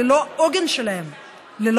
ללא העוגן שלהם,